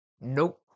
Nope